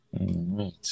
right